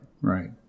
right